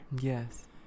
yes